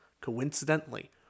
coincidentally